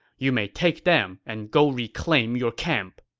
you may take them and go reclaim your camp.